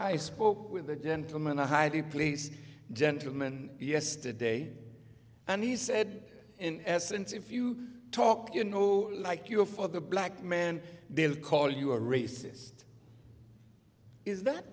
i spoke with a gentleman a highly placed gentleman yesterday and he said in essence if you talk you know like your father a black man they will call you a racist is that